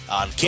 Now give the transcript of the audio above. on